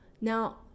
now